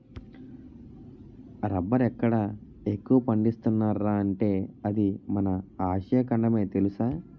రబ్బరెక్కడ ఎక్కువ పండిస్తున్నార్రా అంటే అది మన ఆసియా ఖండమే తెలుసా?